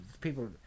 people